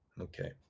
Okay